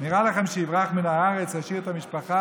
נראה לכם שיברח מן הארץ וישאיר את המשפחה